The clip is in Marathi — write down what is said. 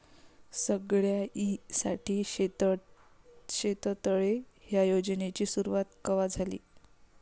सगळ्याइसाठी शेततळे ह्या योजनेची सुरुवात कवा झाली?